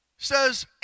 says